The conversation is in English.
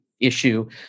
issue